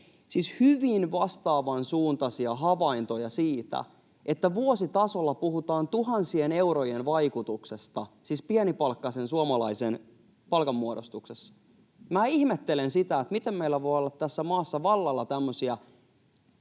Siis hyvin vastaavan suuntaisia havaintoja siitä, että vuositasolla puhutaan tuhansien eurojen vaikutuksesta pienipalkkaisen suomalaisen palkanmuodostuksessa. Minä ihmettelen sitä, miten meillä voi olla tässä maassa vallalla tämmöisiä